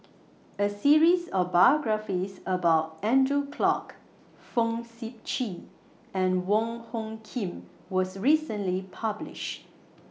A series of biographies about Andrew Clarke Fong Sip Chee and Wong Hung Khim was recently published